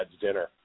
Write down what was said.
dinner